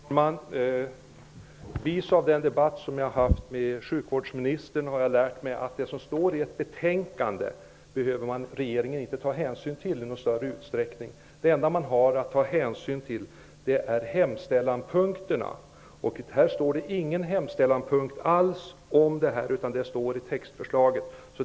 Herr talman! Av den debatt som jag har haft med sjukvårdsministern har jag lärt mig att regeringen inte i någon större utsträckning behöver ta hänsyn till det som står i ett betänkande. Det enda man behöver ta hänsyn till är hemställanpunkterna. Men det jag talar om står inte i någon hemställanpunkt utan i textförslaget.